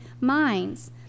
minds